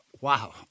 Wow